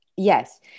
yes